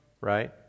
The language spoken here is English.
Right